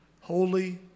Holy